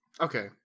Okay